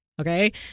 Okay